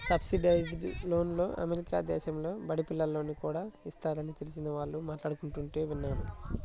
subsidised లోన్లు America దేశంలో బడి పిల్లోనికి కూడా ఇస్తారని తెలిసిన వాళ్ళు మాట్లాడుకుంటుంటే విన్నాను